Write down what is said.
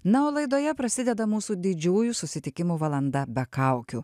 na o laidoje prasideda mūsų didžiųjų susitikimų valanda be kaukių